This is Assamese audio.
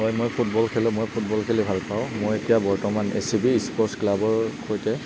মই ফুটবল খেলোঁ মই ফুটবল খেলি ভাল পাওঁ মই এতিয়া বৰ্তমান এ চি বি স্পৰ্টচ ক্লাবৰ সৈতে